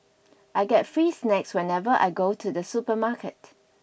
I get free snacks whenever I go to the supermarket